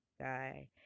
guy